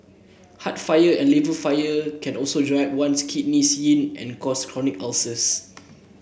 heart fire and liver fire can also dry up one's kidney yin and cause chronic ulcers